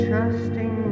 trusting